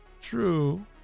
True